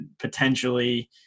potentially